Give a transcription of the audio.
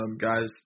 guys